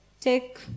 take